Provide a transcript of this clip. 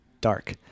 dark